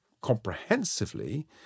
comprehensively